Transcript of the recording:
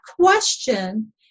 question